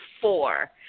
four